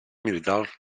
militar